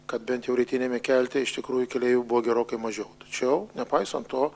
kad bent jau rytiniame kelte iš tikrųjų keleivių buvo gerokai mažiau tačiau nepaisant to